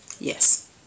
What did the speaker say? Yes